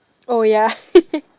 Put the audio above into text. oh ya